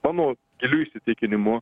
mano giliu įsitikinimu